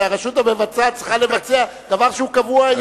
שהרשות המבצעת צריכה לבצע דבר שהוא קבוע היום.